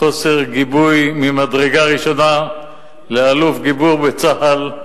חוסר גיבוי ממדרגה ראשונה לאלוף גיבור בצה"ל,